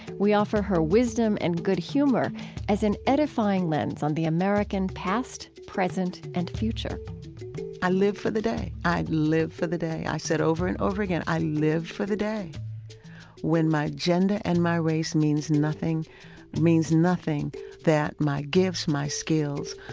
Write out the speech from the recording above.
we offer her wisdom and good humor as an edifying lens on the american past, present, and future i live for the day. i live for the day. i've said over and over again, i live for the day when my gender and my race means nothing means nothing that my gifts, my skills,